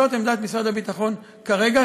זאת עמדת משרד הביטחון כרגע,